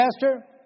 Pastor